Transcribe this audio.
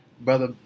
Brother